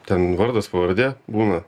ten vardas pavardė būna